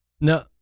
No